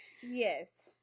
Yes